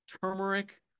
turmeric